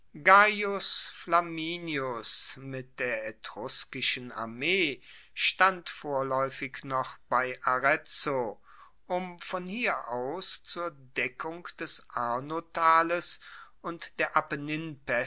flaminius mit der etruskischen armee stand vorlaeufig noch bei arezzo um von hier aus zur deckung des arnotales und der